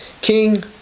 King